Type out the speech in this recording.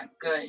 good